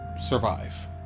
survive